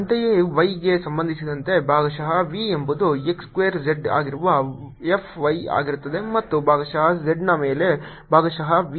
ಅಂತೆಯೇ y ಗೆ ಸಂಬಂಧಿಸಿದಂತೆ ಭಾಗಶಃ v ಎಂಬುದು x ಸ್ಕ್ವೇರ್ z ಆಗಿರುವ F y ಆಗಿರುತ್ತದೆ ಮತ್ತು ಭಾಗಶಃ z ನ ಮೇಲೆ ಭಾಗಶಃ v ಓವರ್ x ಈಗ F Z which is x square y